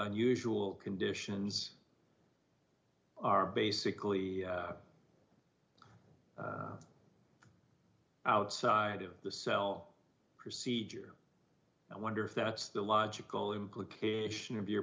unusual conditions are basically outside of the cell procedure and i wonder if that's the logical implication of your